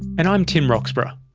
and i'm tim roxburgh